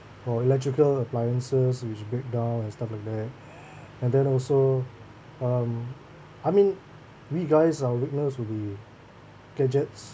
for electrical appliances which break down and stuff like that and then also um I mean we guys uh there also will be gadgets